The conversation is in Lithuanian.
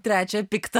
trečią piktą